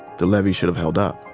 the levees should've held up